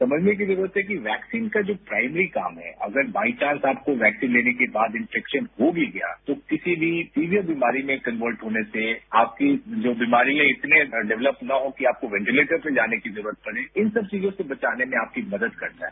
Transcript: समझने की जरूरत है कि वैक्सीन का जो प्राइमरी काम है अगर बाइचांस आपको वैक्सीन लेने के बाद इनेफेक्शन हो भी गया तो किसी भी सीवियर बीमारी में कन्वर्ट होने से आपके जो बीमारियां इतने डेवलप न हो कि आपको वेंटिलेटर पर जाने की जरूरत पड़े इन सब चीजों से बचाने में आपकी मदद करता है